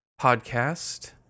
podcast